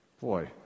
boy